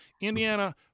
Indiana